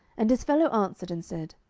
and his fellow answered and said,